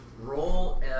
Roll